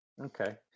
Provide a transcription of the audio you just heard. Okay